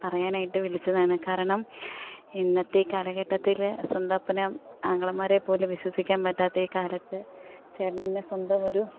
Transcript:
പറയാനായിട്ട് വിളിച്ചതാണ് കാരണം ഇന്നത്തെ കാലഘട്ടത്തിൽ സ്വന്തം അപ്പനേം ആങ്ങളമാരെ പോലും വിശ്വസിക്കാൻ പറ്റാത്ത ഈ കാലത്ത് ചേട്ടൻ എന്നെ സ്വന്തം ഒരു